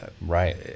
right